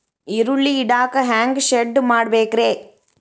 ಈರುಳ್ಳಿ ಇಡಾಕ ಹ್ಯಾಂಗ ಶೆಡ್ ಮಾಡಬೇಕ್ರೇ?